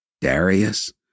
Darius